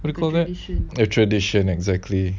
a tradition exactly